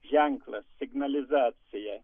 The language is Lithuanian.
ženklas signalizacija